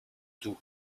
tout